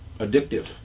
addictive